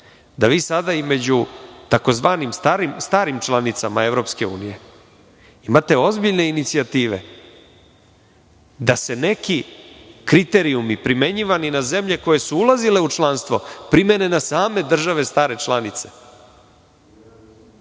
da vi sada između tzv. starim članicama EU imate ozbiljne inicijative da se neki kriterijumi primenjivani na zemlje koje su ulazile u članstvo, primene na same države stare članice,